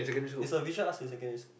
there's a visual arts in secondary school